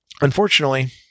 unfortunately